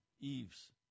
Eve's